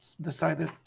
decided